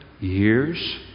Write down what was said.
years